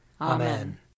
Amen